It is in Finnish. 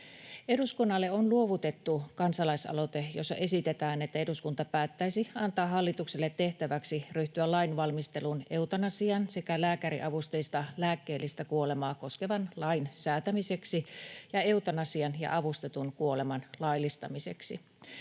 Eduskunnalle on luovutettu kansalaisaloite, jossa esitetään, että eduskunta päättäisi antaa hallitukselle tehtäväksi ryhtyä lainvalmisteluun eutanasiaa sekä lääkäriavusteista lääkkeellistä kuolemaa koskevan lain säätämiseksi ja eutanasian ja avustetun kuoleman laillistamiseksi.